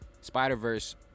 Spider-Verse